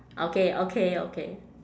okay okay okay